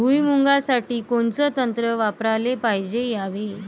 भुइमुगा साठी कोनचं तंत्र वापराले पायजे यावे?